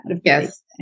yes